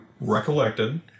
recollected